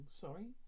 sorry